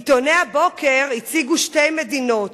עיתוני הבוקר הציגו שתי מדינות.